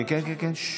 כן, כן, כן.